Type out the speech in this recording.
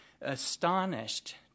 astonished